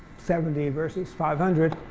seventy versus five hundred,